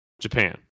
Japan